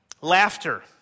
Laughter